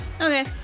Okay